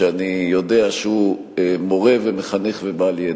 שאני יודע שהוא מורה ומחנך ובעל ידע.